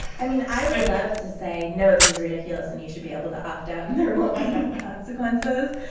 i mean, i would love to say, no, this is ridiculous. and you should be able to opt out. and there won't be consequences.